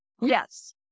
yes